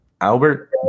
Albert